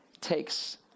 takes